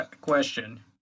Question